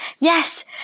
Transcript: yes